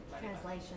Translation